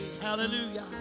Hallelujah